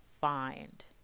find